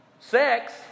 sex